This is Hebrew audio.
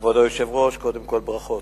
כבוד היושב-ראש, קודם כול ברכות.